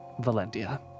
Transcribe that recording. Valentia